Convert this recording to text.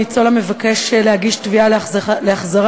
הוא בקביעת הגבלות